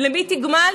לכו הביתה.